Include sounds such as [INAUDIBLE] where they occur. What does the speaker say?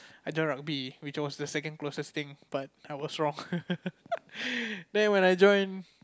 I join rugby which was the second closest but I was wrong [LAUGHS] then when I join